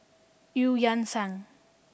Eu Yan Sang